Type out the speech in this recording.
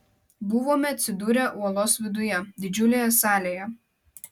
buvome atsidūrę uolos viduje didžiulėje salėje